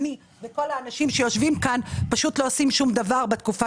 אני וכל האנשים שיושבים כאן פשוט לא עושים שום דבר בתקופה